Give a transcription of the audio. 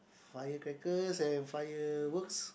firecrackers and fireworks